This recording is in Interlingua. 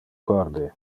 corde